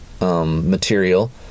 material